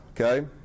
Okay